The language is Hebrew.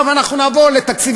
עכשיו אנחנו נעבור לתקציב